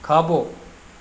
खाबो॒